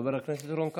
חבר הכנסת רון כץ.